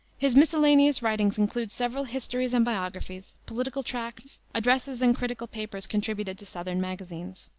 his miscellaneous writings include several histories and biographies, political tracts, addresses and critical papers contributed to southern magazines.